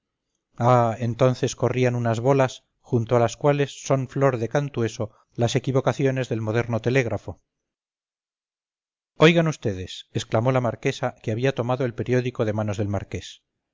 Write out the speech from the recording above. ah entonces corrían unas bolas junto a las cuales son flor de cantueso las equivocaciones del moderno telégrafo oigan vds exclamó la marquesa que había tomado el periódico de manos del marqués